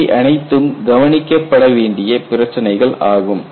இவை அனைத்தும் கவனிக்கப்பட வேண்டிய பிரச்சனைகள் ஆகும்